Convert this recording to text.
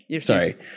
Sorry